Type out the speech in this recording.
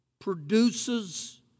produces